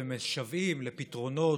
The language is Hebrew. ומשוועים לפתרונות,